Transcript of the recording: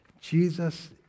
Jesus